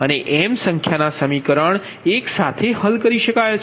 અને m સંખ્યાના સમીકરણ એક સાથે હલ થાય છે